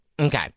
Okay